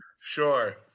Sure